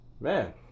Man